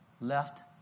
left